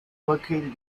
located